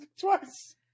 Twice